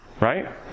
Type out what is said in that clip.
right